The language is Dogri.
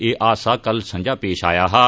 एह् हादसा कल संझा पेश आया हा